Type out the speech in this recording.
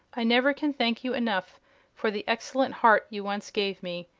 i never can thank you enough for the excellent heart you once gave me.